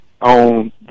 on